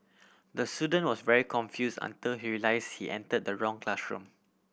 the student was very confuse enter he realise he enter the wrong classroom